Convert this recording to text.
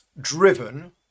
driven